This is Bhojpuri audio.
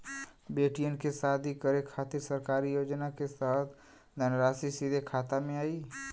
बेटियन के शादी करे के खातिर सरकारी योजना के तहत धनराशि सीधे खाता मे आई?